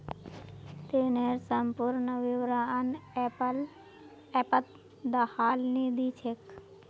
ऋनेर संपूर्ण विवरण ऐपत दखाल नी दी छेक